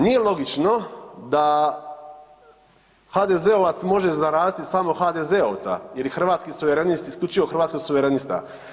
Nije logično da HDZ-ovac može zaraziti samo HDZ-ovca ili Hrvatski suverenist isključivo Hrvatskog suverenista.